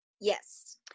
Yes